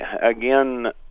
again